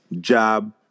job